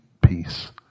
Peace